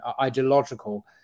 ideological